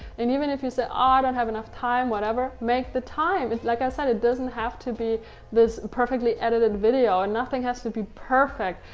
and even if you say, ah, i don't have enough time, whatever, make the time. like i said, it doesn't have to be this perfectly edited video. nothing has to be perfect.